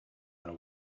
went